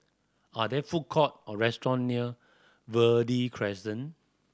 are there food court or restaurant near Verde Crescent